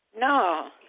No